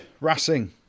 Racing